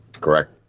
Correct